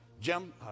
Jim